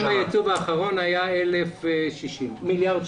הסכם הייצוב האחרון היה מיליארד ו-60